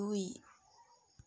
দুই